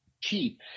cheap